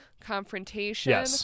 confrontation